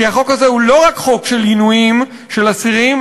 כי החוק הזה הוא לא רק חוק של עינויים של אסירים,